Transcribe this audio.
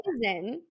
reason